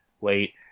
wait